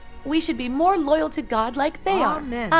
we should be more loyal to god like they are! yeah and